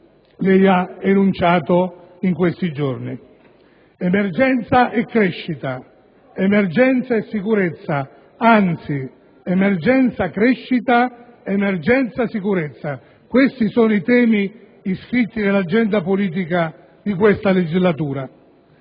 lei ha enunciato in questi giorni. Emergenza e crescita, emergenza e sicurezza; anzi, emergenza crescita, emergenza sicurezza: questi sono i temi iscritti nell'agenda politica di questa legislatura.